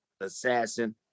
assassin